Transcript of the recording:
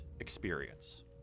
Experience